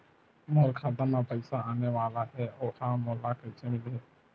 मोर खाता म पईसा आने वाला हे ओहा मोला कइसे मिलही?